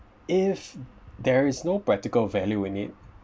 if there is no practical value in it